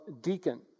deacon